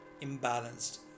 imbalanced